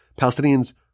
Palestinians